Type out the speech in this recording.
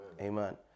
amen